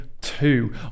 two